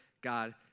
God